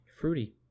Fruity